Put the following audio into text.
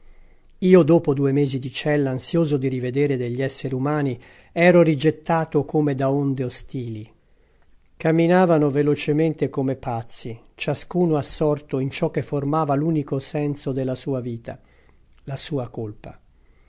io dopo due mesi di cella ansioso di rivedere degli esseri umani ero rigettato come da onde ostili camminavano velocemente come pazzi ciascuno assorto in ciò che formava l'unico senso della sua vita la sua colpa